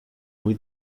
muy